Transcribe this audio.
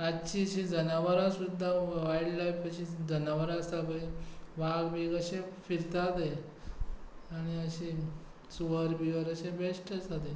रातची जनावरां सुद्दां वायलडलायफ सुद्दां जनावरां आसता पळय वाग बी अशे फिरता थंय आनी अशे सुवर बिवर अशें बॅस्ट आसा तें